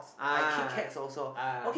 ah ah